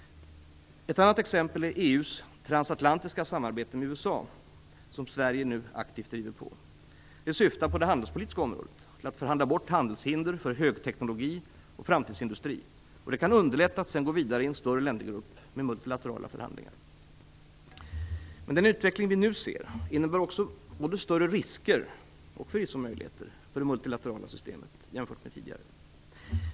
Ett annat exempel är EU:s transatlantiska samarbete med USA som Sverige nu aktivt driver på. Det syftar till att förhandla bort handelshinder för högteknologi och framtidsindustri på det handelspolitiska området. Det kan underlätta att sedan gå vidare i en större ländergrupp med multilaterala förhandlingar. Den utveckling vi nu ser innebär också både större risker och förvisso möjligheter för det multilaterala systemet jämfört med tidigare.